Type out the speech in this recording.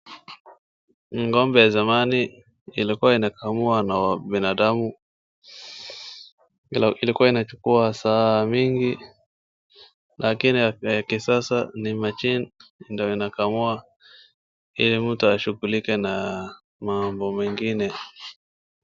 Ni ng'ombe ya zamani ilikuwa inakamua na binadamu, ilikuwa inachukua saa mingi, lakini ya kisasa ni machine ndio inakamua, ili mtu ashighulike na, mambo mengine.